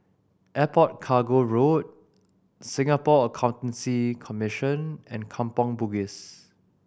Airport Cargo Road Singapore Accountancy Commission and Kampong Bugis